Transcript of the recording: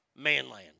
Manland